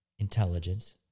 Intelligence